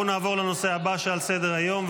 אנחנו נעבור לנושא הבא שעל סדר-היום,